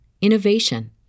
innovation